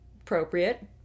appropriate